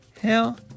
hell